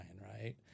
right